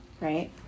right